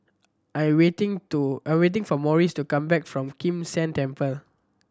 I'm waiting to I'm waiting for Maurice to come back from Kim San Temple